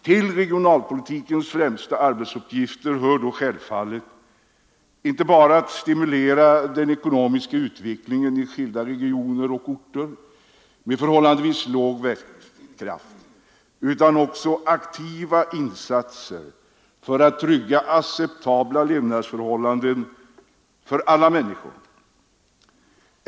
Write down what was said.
Till regionalpolitikens främsta arbetsuppgifter hör då självfallet inte bara att stimulera den ekonomiska utvecklingen i skilda regioner och orter med förhållandevis låg växtkraft utan också att göra aktiva insatser för att trygga acceptabla levnadsförhållanden för alla människor.